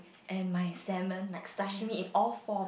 and my salmon like sashimi in all form